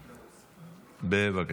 בבקשה.